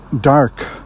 dark